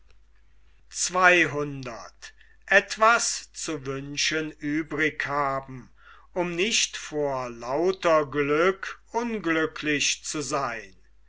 um nicht vor lauter glück unglücklich zu seyn